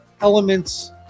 elements